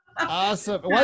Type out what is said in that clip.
Awesome